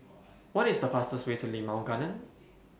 What IS The fastest Way to Limau Garden